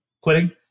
quitting